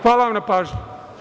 Hvala vam na pažnji.